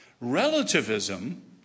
Relativism